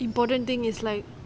important thing is like